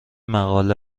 مقاله